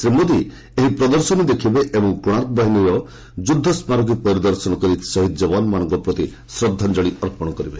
ଶ୍ରୀ ମୋଦି ଏହି ପ୍ରଦର୍ଶନୀ ଦେଖିବେ ଏବଂ କୋଶାର୍କ ବାହିନୀର ଯୁଦ୍ଧ ସ୍କାରକୀ ପରିଦର୍ଶନ କରି ଶହୀଦ୍ ଯବାନମାନଙ୍କ ପ୍ରତି ଶ୍ରଦ୍ଧାଞ୍ଚଳି ଅର୍ପଣ କରିବେ